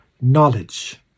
knowledge